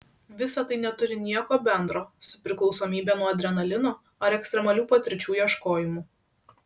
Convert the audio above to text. visa tai neturi nieko bendro su priklausomybe nuo adrenalino ar ekstremalių patirčių ieškojimu